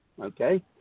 Okay